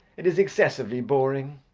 it is excessively boring.